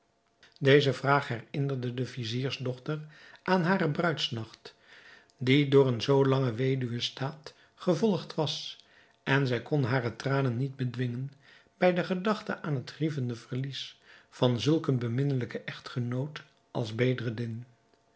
deze vraag herinnerde de viziersdochter aan haren bruidsnacht die door een zoo langen weduwe staat gevolgd was en zij kon hare tranen niet bedwingen bij de gedachte aan het grievende verlies van zulk een beminnelijken echtgenoot als